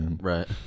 right